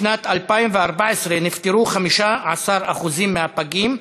בשנת 2014 נפטרו 15% מהפגים,